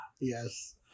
Yes